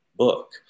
Book